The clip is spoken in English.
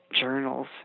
journals